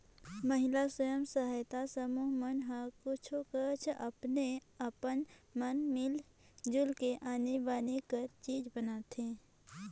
महिला स्व सहायता समूह मन हर कुछ काछ अपने अपन मन मिल जुल के आनी बानी कर चीज बनाथे